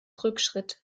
rückschritt